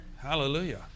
Hallelujah